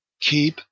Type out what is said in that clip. keep